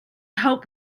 help